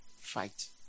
fight